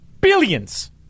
billions